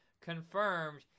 confirmed